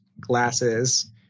glasses